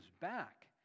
back